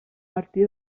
martí